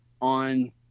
on